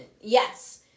yes